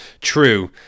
True